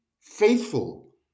faithful